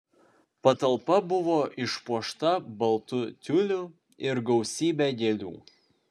patalpa buvo išpuošta baltu tiuliu ir gausybe gėlių